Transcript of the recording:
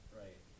right